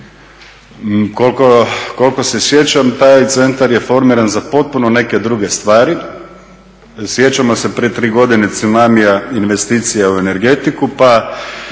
Koliko se sjećam taj centar je formiran za potpuno neke druge stvari. Sjećamo se prije tri godine tsunamija investicija u energetiku pa